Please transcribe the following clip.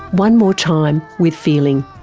one more time with feeling.